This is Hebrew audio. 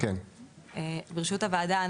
ברשות הוועדה,